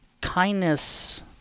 Kindness